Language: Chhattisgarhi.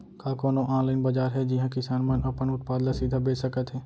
का कोनो अनलाइन बाजार हे जिहा किसान मन अपन उत्पाद ला सीधा बेच सकत हे?